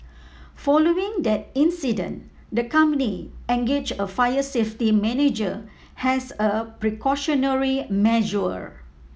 following that incident the company engaged a fire safety manager as a precautionary measure